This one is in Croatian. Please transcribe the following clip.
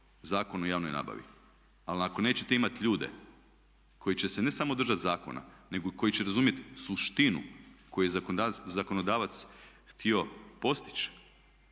Zakon o javnoj nabavi ali ako nećete imati ljude koji će se ne samo držati zakona nego i koji će razumjeti suštinu koju je zakonodavac htio postići